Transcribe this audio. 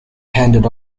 handed